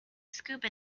scuba